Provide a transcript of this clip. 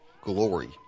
glory